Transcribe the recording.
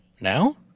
Now